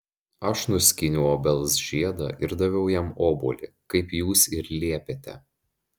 aš nuskyniau obels žiedą ir daviau jam obuolį kaip jūs ir liepėte